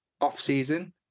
off-season